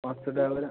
পাঁচশো টাকা করে